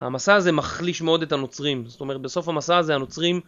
המסע הזה מחליש מאוד את הנוצרים זאת אומרת בסוף המסע הזה הנוצרים